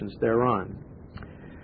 thereon